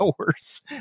hours